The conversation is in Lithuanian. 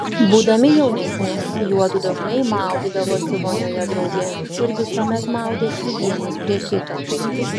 būdami jaunesni juodu dažnai maudydavosi vonioje drauge ir visuomet maudėsi vienas prie kito